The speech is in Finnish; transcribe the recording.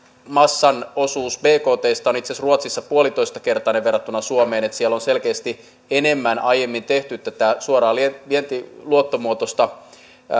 massan osuus bktsta on itse asiassa ruotsissa puolitoistakertainen verrattuna suomeen siellä on selkeästi enemmän aiemmin tehty tätä suoraa vientiluottomuotoista